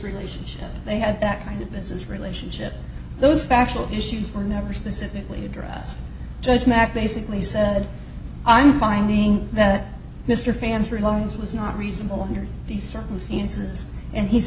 relationship they had that kind of mrs relationship those factual issues for never specifically address judge mack basically said i'm finding that mr fancher loans was not reasonable under these circumstances and he